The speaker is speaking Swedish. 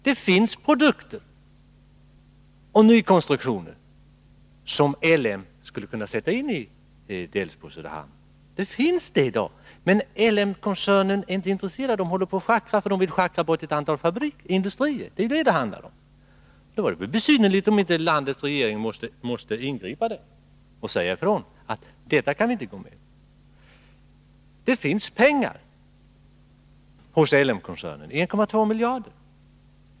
Det finns produkter och nykonstruktioner, som L M skulle kunna tillverka i Delsbo och Söderhamn. Men ledningen för koncernen är inte intresserad, utan den vill schackra bort ett antal industrier. Då vore det väl besynnerligt, om inte landets regering måste ingripa och säga ifrån att detta kan vi inte gå med på. Det finns pengar hos L M-koncernen, 1,2 miljarder.